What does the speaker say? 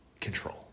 control